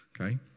Okay